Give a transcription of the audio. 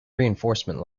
reinforcement